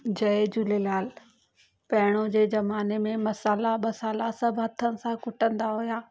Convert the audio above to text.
जय झूलेलाल पहिरियों जे ज़माने में मसाला बसाला सभु हथनि सां कुटंदा हुया